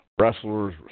wrestlers